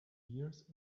years